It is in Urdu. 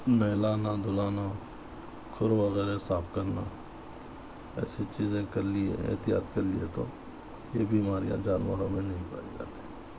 نہلانا دھلانا کھر وغیرہ صاف کرنا ایسی چیزیں کر لی احتیاط کر لی تو یہ بیماریاں جانوروں میں نہیں پائی جاتیں